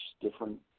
different